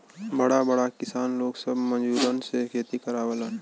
बड़ा बड़ा किसान लोग सब मजूरन से खेती करावलन